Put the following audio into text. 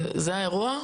זה האירוע?